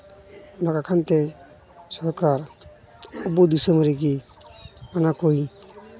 ᱵᱟᱠᱷᱟᱱ ᱛᱮ ᱥᱚᱨᱠᱟᱨ ᱟᱵᱚ ᱫᱤᱥᱚᱢ ᱨᱮᱜᱮ ᱚᱱᱟᱠᱚᱧ